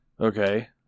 Okay